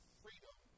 freedom